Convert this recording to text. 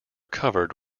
covered